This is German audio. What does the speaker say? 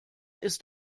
ist